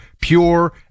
pure